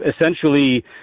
essentially